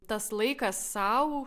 tas laikas sau